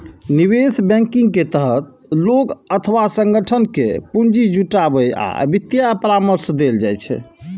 निवेश बैंकिंग के तहत लोग अथवा संगठन कें पूंजी जुटाबै आ वित्तीय परामर्श देल जाइ छै